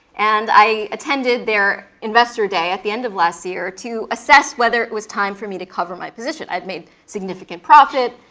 and i attended their investor day at the end of last year to assess whether it was time for me to cover my position. i'd made significant profit,